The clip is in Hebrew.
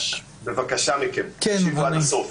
בבקשה מכם, תקשיבו עד הסוף.